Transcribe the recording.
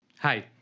Hi